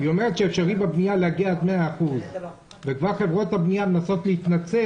היא אומרת שאפשר בבנייה להגיע עד 100%. וכבר חברות הבנייה מנסות להתנצל,